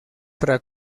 para